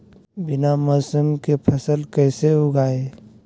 बिना मौसम के फसल कैसे उगाएं?